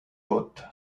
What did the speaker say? haute